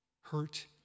hurt